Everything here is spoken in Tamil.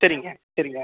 சரிங்க சரிங்க